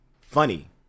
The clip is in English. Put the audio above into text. funny